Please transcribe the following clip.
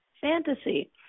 fantasy